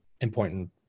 important